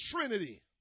Trinity